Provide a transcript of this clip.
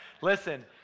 Listen